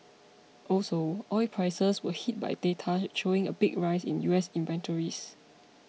also oil prices were hit by data showing a big rise in U S inventories